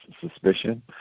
suspicion